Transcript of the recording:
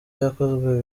yakozwe